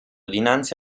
dinanzi